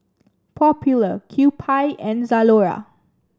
popular Kewpie and Zalora